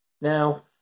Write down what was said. Now